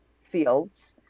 fields